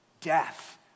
Death